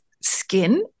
skin